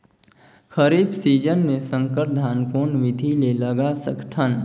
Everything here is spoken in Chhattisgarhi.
खरीफ सीजन मे संकर धान कोन विधि ले लगा सकथन?